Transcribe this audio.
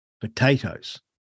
potatoes